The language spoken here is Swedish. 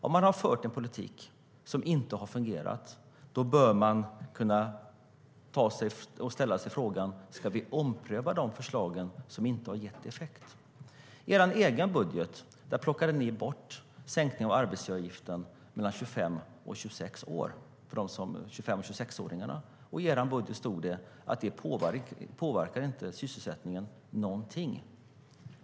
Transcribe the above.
Om man har fört en politik som inte har fungerat bör man kunna ställa sig frågan: Ska vi ompröva de förslag som inte har gett effekt?I er egen budget plockade ni bort sänkningen av arbetsgivaravgiften för 25 och 26-åringarna, och där stod det att detta inte påverkade sysselsättningen alls.